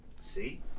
See